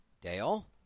Dale